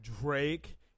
Drake